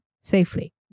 safely